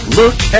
look